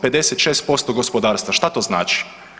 56% gospodarstva, šta to znači?